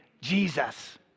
Jesus